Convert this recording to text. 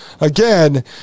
again